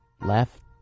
left